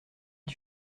est